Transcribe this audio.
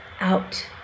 out